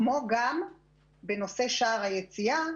גם בנושא שער היציאה,